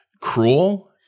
cruel